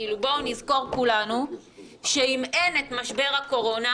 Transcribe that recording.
בואו נזכור כולנו שאם אין את משבר הקורונה,